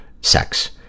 sex